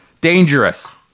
dangerous